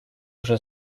уже